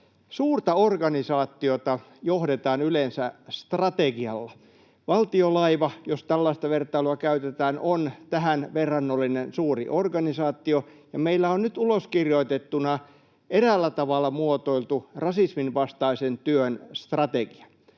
Suurta organisaatiota johdetaan yleensä strategialla. Valtiolaiva — jos tällaista vertailua käytetään — on tähän verrannollinen suuri organisaatio, ja meillä on nyt uloskirjoitettuna eräällä tavalla muotoiltu rasismin vastaisen työn strategia.